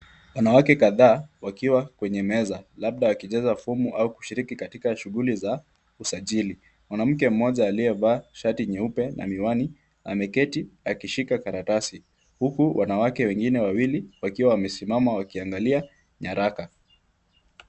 Wanawake kadhaa wakiwa kwenye meza labda wakijaza fomu au kushiriki katika shughuli za usajili. Mwanamke mmoja aliyevaa shati nyeupe na miwani, ameketi akishika karatasi huku wanawake wengine wawili wakiwa wamesimama wakiangalia nyaraka.